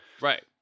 right